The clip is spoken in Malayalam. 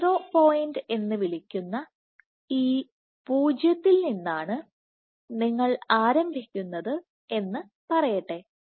സീറോ പോയിൻറ് എന്നു വിളിക്കുന്ന ഈ പൂജ്യത്തിൽ നിന്നാണ് നിങ്ങൾ ആരംഭിക്കുന്നത് എന്ന് പറയട്ടെ